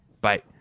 Bye